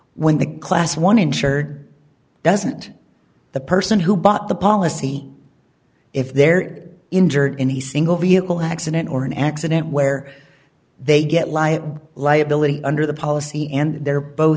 when the class one insured doesn't the person who bought the policy if they're injured in a single vehicle accident or an accident where they get ly a liability under the policy and they're both